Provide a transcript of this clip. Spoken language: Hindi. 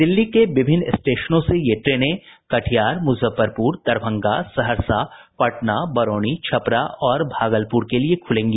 दिल्ली के विभिन्न स्टेशनों से ये ट्रेनें कटिहार मुजफ्फरपुर दरभंगा सहरसा पटना बरौनी छपरा और भागलपुर के लिए खुलेंगी